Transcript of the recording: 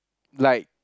like